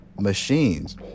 machines